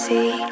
See